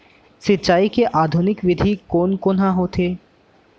सिंचाई के आधुनिक विधि कोन कोन ह होथे?